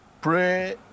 Pray